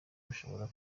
bashobora